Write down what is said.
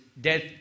death